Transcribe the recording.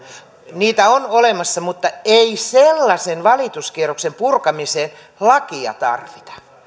niitä on olemassa mutta ei sellaisen valituskierroksen purkamiseen lakia tarvita